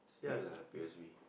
ya lah P_O_S_B